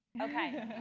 okay,